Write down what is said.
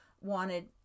wanted